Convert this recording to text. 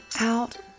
out